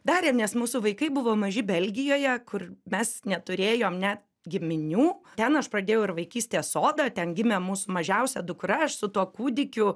darėm nes mūsų vaikai buvo maži belgijoje kur mes neturėjom ne giminių ten aš pradėjau ir vaikystės sodą ten gimė mūsų mažiausia dukra aš su tuo kūdikiu